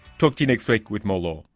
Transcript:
talk to you next week with more law